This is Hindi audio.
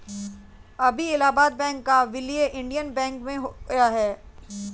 अभी इलाहाबाद बैंक का विलय इंडियन बैंक में हो गया है